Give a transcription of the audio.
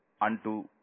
unto